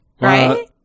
right